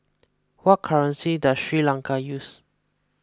what currency does Sri Lanka use